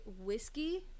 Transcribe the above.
whiskey